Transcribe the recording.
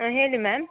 ಹಾಂ ಹೇಳಿ ಮ್ಯಾಮ್